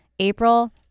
April